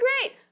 great